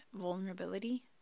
vulnerability